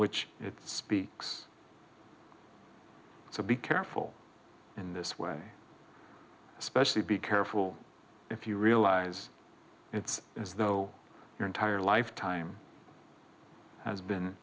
which it speaks so be careful in this way especially be careful if you realize it's as though your entire lifetime has been